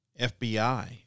FBI